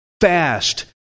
fast